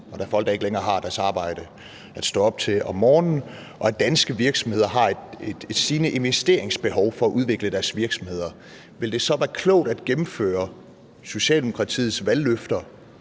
er folk, der ikke længere har deres arbejde at stå op til om morgenen, og at danske virksomheder har et stigende investeringsbehov for at udvikle deres virksomheder, vil det så være klogt at gennemføre Socialdemokratiets valgløfter